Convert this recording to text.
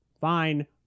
Fine